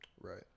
right